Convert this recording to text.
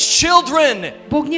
children